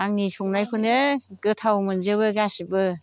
आंनि संनायखौनो गोथाव मोनजोबो गासिबो